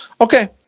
okay